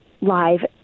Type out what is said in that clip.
live